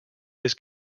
his